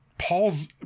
paul's